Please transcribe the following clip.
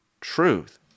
truth